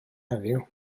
heddiw